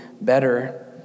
better